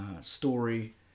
story